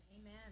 amen